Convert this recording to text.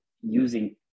using